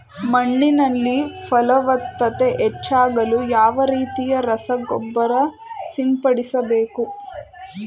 ಮಣ್ಣಿನಲ್ಲಿ ಫಲವತ್ತತೆ ಹೆಚ್ಚಾಗಲು ಯಾವ ರೀತಿಯ ರಸಗೊಬ್ಬರ ಸಿಂಪಡಿಸಬೇಕು?